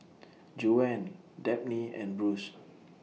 Juwan Dabney and Bruce